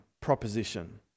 proposition